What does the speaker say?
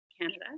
Canada